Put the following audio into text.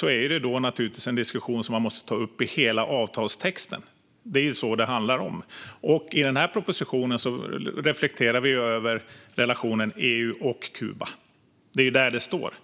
då är det naturligtvis en diskussion som man måste ta upp i hela avtalstexten. Det är vad det handlar om. I den här propositionen reflekterar vi över relationen mellan EU och Kuba. Det är där det står.